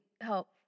help